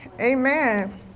Amen